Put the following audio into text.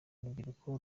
urubyiruko